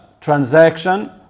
transaction